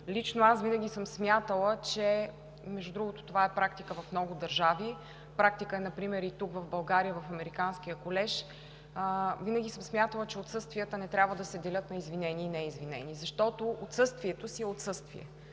Лично аз винаги съм смятала, между другото, това е практика в много държави, практика е например и тук, в България – в Американския колеж, че отсъствията не трябва да се делят на извинени и неизвинени, защото отсъствието си е отсъствие.